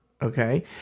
Okay